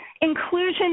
inclusion